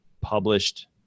published